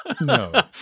No